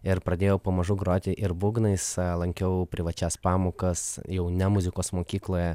ir pradėjau pamažu groti ir būgnais lankiau privačias pamokas jau ne muzikos mokykloje